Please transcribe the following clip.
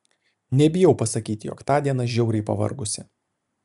nebijau pasakyti jog tądien aš žiauriai pavargusi